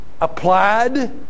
applied